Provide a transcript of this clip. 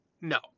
No